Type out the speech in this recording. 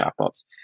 chatbots